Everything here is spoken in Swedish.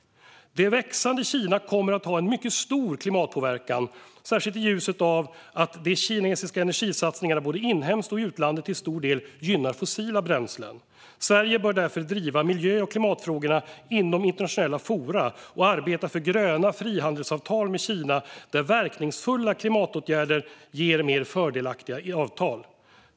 Det växande Kina kommer att ha en mycket stor klimatpåverkan, särskilt i ljuset av att de kinesiska energisatsningarna både inhemskt och i utlandet till stor del gynnar fossila bränslen. Sverige bör därför driva miljö och klimatfrågorna inom internationella forum och arbeta för gröna frihandelsavtal med Kina där verkningsfulla klimatåtgärder ger mer fördelaktiga avtal.